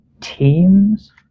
teams